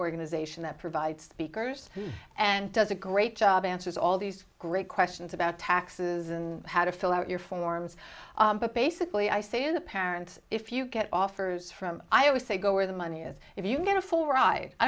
organization that provides speakers and does a great job answers all these great questions about taxes and how to fill out your forms but basically i say the parents if you get offers from i always say go where the money is if you get a full ride i